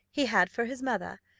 he had for his mother,